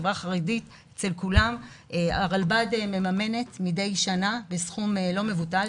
בחברה החרדית אצל כולם הרלב"ד מממנת מדי שנה בסכום לא מבוטל,